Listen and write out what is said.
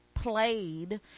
played